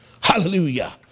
Hallelujah